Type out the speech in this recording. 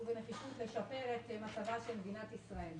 ובנחישות כדי לשפר את מצבה של מדינת ישראל.